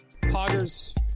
Poggers